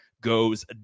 goes